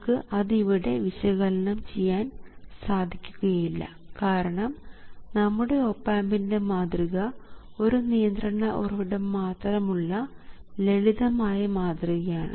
നമുക്ക് അത് ഇവിടെ വിശകലനം ചെയ്യാൻ സാധിക്കുകയില്ല കാരണം നമ്മുടെ ഓപ് ആമ്പിൻറെ മാതൃക ഒരു നിയന്ത്രണ ഉറവിടം മാത്രമുള്ള ലളിതമായ മാതൃകയാണ്